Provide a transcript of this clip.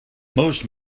most